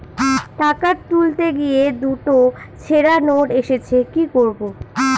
টাকা তুলতে গিয়ে দুটো ছেড়া নোট এসেছে কি করবো?